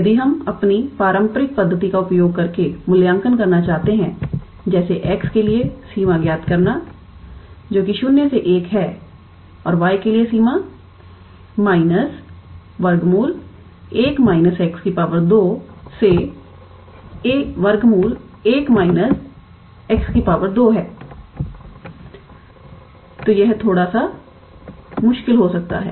यदि हम अपनी पारंपरिक पद्धति का उपयोग करके मूल्यांकन करना चाहते हैं जैसे x के लिए सीमा ज्ञात करना जोकि 0 से 1 है और y के लिए सीमा−√1 − 𝑥 2 से √1 − 𝑥 2 है तो यह थोड़ा मुश्किल हो सकता है